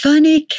Funny